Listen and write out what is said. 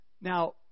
Now